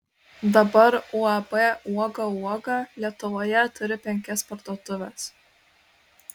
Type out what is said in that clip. dabar uab uoga uoga lietuvoje turi penkias parduotuves